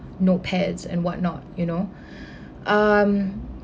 notepads and what not you know um